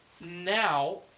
now